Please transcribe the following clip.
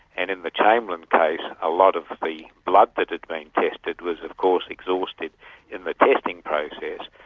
and in the chamberlain case, a lot of of the blood that had been tested was of course exhausted in the testing process.